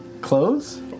Clothes